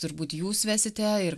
turbūt jūs vesite ir